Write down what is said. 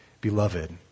Beloved